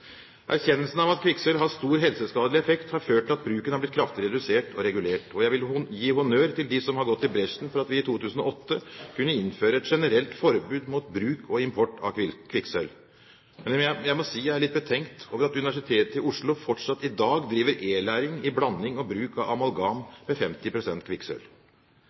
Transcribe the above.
Erkjennelsen av at kvikksølv har stor helseskadelig effekt, har ført til at bruken er blitt kraftig redusert og regulert. Jeg vil gi honnør til dem som har gått i bresjen for at vi i 2008 kunne innføre et generelt forbud mot bruk og import av kvikksølv. Men jeg må si jeg er litt betenkt over at Universitetet i Oslo fortsatt i dag driver e-læring i blanding og bruk av amalgam med